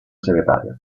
segretaria